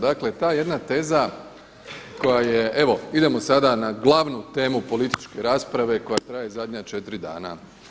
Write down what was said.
Dakle ta jedna teza koja je, evo idemo sada na glavnu temu političke rasprave koja traje zadnja 4 dana.